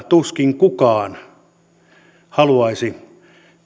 tuskin kukaan haluaisi